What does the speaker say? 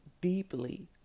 deeply